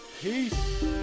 Peace